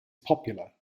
popular